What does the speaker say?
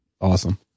Awesome